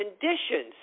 conditions